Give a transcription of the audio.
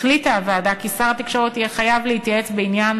החליטה הוועדה כי שר התקשורת יהיה חייב להתייעץ בעניין